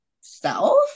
self